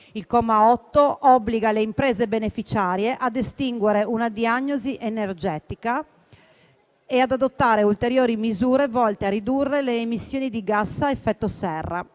Il comma 8 obbliga le imprese beneficiarie ad effettuare una diagnosi energetica e ad adottare ulteriori misure volte a ridurre le emissioni di gas a effetto serra.